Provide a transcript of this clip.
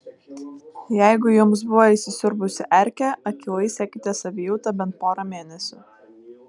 jeigu jums buvo įsisiurbusi erkė akylai sekite savijautą bent porą mėnesių